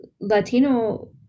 Latino